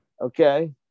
Okay